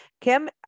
Kim